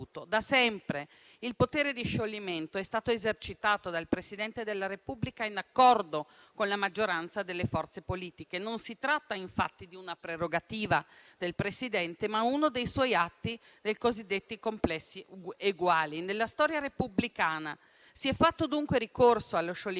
Da sempre il potere di scioglimento è stato esercitato dal Presidente della Repubblica in accordo con la maggioranza delle forze politiche. Si tratta, infatti, non di una prerogativa del Presidente, ma di uno dei suoi atti cosiddetti complessi eguali. Nella storia repubblicana si è fatto dunque ricorso allo scioglimento